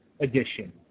Edition